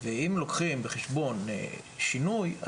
ואם לוקחים בחשבון שינוי,